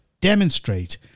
demonstrate